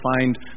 find